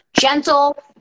gentle